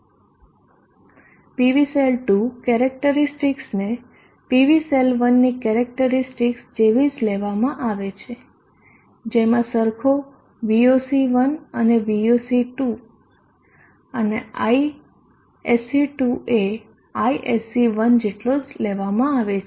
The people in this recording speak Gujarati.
PV સેલ 2 કેરેક્ટરીસ્ટિકસને PV સેલ 1ની કેરેક્ટરીસ્ટિકસ જેવી જ લેવામાં આવે છે જેમાં સરખો VOC1 અને VOC 2 અને ISC2 એ ISC1જેટલો જ લેવામાં આવે છે